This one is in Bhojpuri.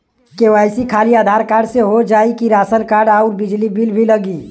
के.वाइ.सी खाली आधार कार्ड से हो जाए कि राशन कार्ड अउर बिजली बिल भी लगी?